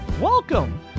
Welcome